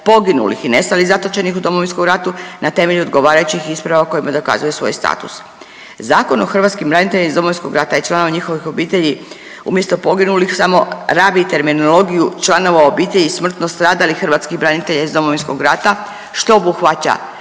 poginulih i nestalih, zatočenih u Domovinskom ratu na temelju odgovarajućih isprava kojima dokazuju svoj status. Zakon o hrvatskim braniteljima iz Domovinskog rata i članovima njihovih obitelji umjesto poginulih samo rabi terminologiju članova obitelji smrtno stradalih hrvatskih branitelja iz Domovinskog rata što obuhvaća